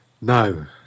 no